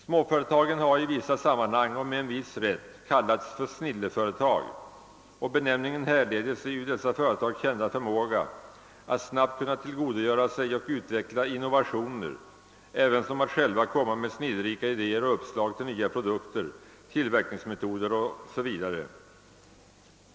Småföretagen har i vissa sammanhang och med en viss rätt kallats snilleföretag — benämningen härleder sig ur dessa företags kända förmåga att snabbt kunna tillgodogöra sig och utveckla innovationer ävensom att själva komma med snillrika idéer och uppslag till nya produkter, tillverkningsmetoder m.m.